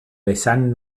vessant